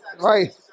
Right